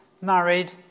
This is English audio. married